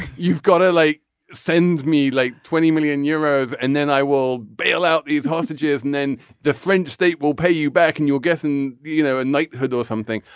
you've got to like send me like twenty million euros and then i will bail out these hostages and then the french state will pay you back and your guess and you know a knighthood or something.